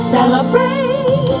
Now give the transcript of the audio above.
Celebrate